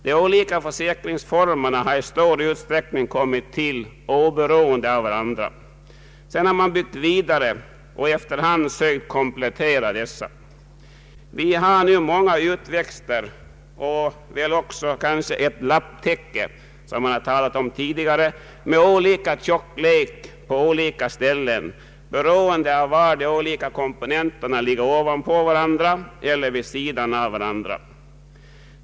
De olika försäkringsformerna har i stor utsträckning kommit till oberoende av varandra. Sedan har man byggt vidare och efter hand sökt komplettera dessa. Vi har nu många utväxter och väl också ett lapptäcke — som det här talats om tidigare — med olika tjocklek på olika ställen beroende på om de olika komponenterna ligger ovanpå varandra eller vid sidan av varandra.